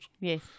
Yes